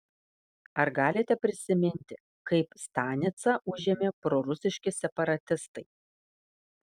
ar galite prisiminti kaip stanicą užėmė prorusiški separatistai